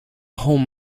home